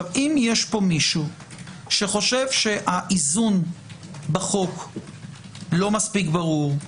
אם יש פה מישהו שחושב שהאיזון בחוק לא מספיק ברור,